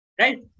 right